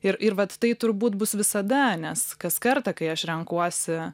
ir ir vat tai turbūt bus visada nes kas kartą kai aš renkuosi